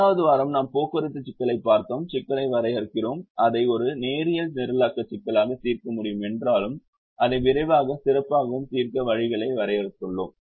ஆறாவது வாரம் நாம் போக்குவரத்து சிக்கலைச் பார்த்தோம் சிக்கலை வரையறுக்கிறோம் அதை ஒரு நேரியல் நிரலாக்க சிக்கலாக தீர்க்க முடியும் என்றாலும் அதை விரைவாகவும் சிறப்பாகவும் தீர்க்க வழிகளை வரையறுத்துள்ளோம்